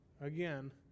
again